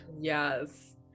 Yes